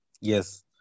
yes